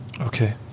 Okay